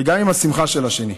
וגם עם השמחה של השני.